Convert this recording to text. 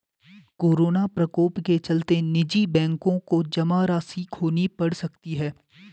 corona प्रकोप के चलते निजी बैंकों को जमा राशि खोनी पढ़ सकती है